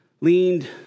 leaned